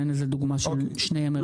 אין לזה דוגמה של שני ימי ראשון ברצף.